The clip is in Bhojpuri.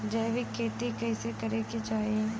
जैविक खेती कइसे करे के चाही?